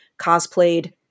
cosplayed